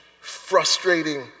frustrating